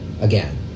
again